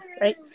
right